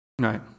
Right